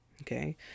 Okay